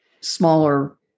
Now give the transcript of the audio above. smaller